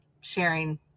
sharing